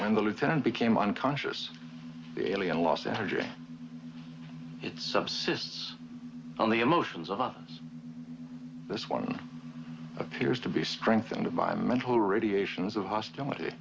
when the lieutenant became unconscious the alien lost energy its subsists on the emotions of this one appears to be strengthened by mental radiations of hostility